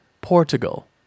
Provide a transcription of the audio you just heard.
Portugal